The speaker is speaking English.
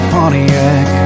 Pontiac